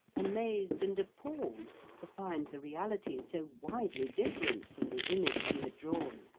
amazed and appalled to find the reality so widely different from the image he had drawn.